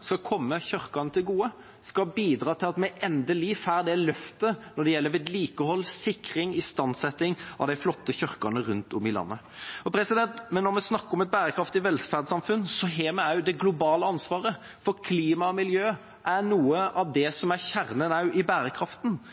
skal komme kirkene til gode, skal bidra til at vi endelig får et løft når det gjelder vedlikehold, sikring og istandsetting av de flotte kirkene rundt om i landet. Når vi snakker om et bærekraftig velferdssamfunn, har vi også det globale ansvaret, for klima og miljø er noe av det som er kjernen i bærekraften. Når bistandsbudsjettet kommer nå på